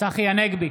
צחי הנגבי,